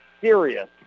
serious